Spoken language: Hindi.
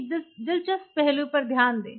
एक दिलचस्प पहलू पर ध्यान दें